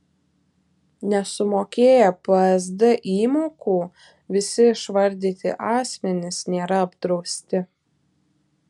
nesumokėję psd įmokų visi išvardyti asmenys nėra apdrausti